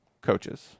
coaches